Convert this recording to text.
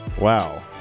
wow